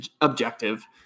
objective